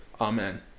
Amen